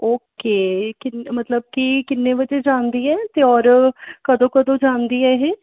okay ਕਿ ਮਤਲਬ ਕਿ ਕਿੰਨੇ ਵਜੇ ਜਾਂਦੀ ਹੈ ਅਤੇ ਔਰ ਕਦੋਂ ਕਦੋਂ ਜਾਂਦੀ ਹੈ ਇਹ